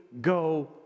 go